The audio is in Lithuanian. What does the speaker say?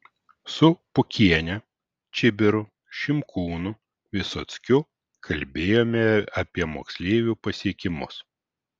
su pukiene čibiru šimkūnu vysockiu kalbėjome apie moksleivių pasiekimus